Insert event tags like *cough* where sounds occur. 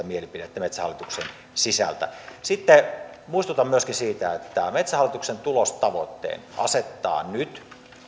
*unintelligible* mielipidettä metsähallituksen sisältä sitten muistutan myöskin siitä että metsähallituksen tulostavoitteen asettaa nyt